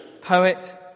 poet